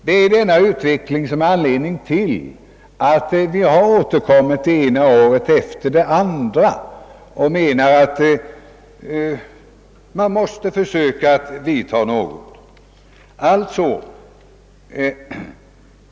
Det är denna utveckling som är an ledningen till att vi återkommit det ena året efter det andra och hävdat att något måste göras.